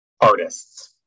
artists